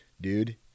Dude